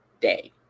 day